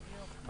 בדיוק.